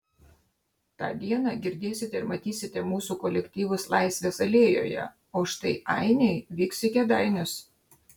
tą dieną girdėsite ir matysite mūsų kolektyvus laisvės alėjoje o štai ainiai vyks į kėdainius